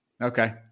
Okay